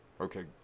Okay